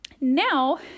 now